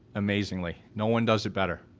amazingly, no one does it better.